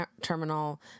Terminal